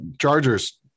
Chargers